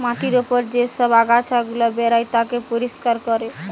মাটির উপর যে সব আগাছা গুলা বেরায় তাকে পরিষ্কার কোরে